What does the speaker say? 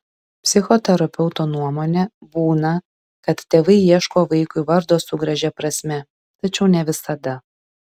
psichoterapeuto nuomone būna kad tėvai ieško vaikui vardo su gražia prasme tačiau ne visada